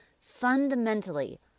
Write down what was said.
fundamentally